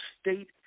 State